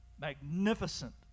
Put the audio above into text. magnificent